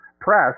press